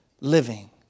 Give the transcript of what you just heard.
living